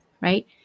Right